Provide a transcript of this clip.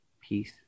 Peace